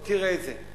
אמרתי לו: תראה את זה.